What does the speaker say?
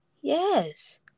yes